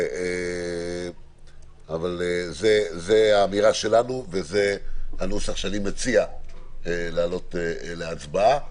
אבל זו האמירה שלנו וזה הנוסח שאני מציע להעלות להצבעה.